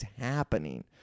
happening